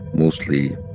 Mostly